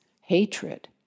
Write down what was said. hatred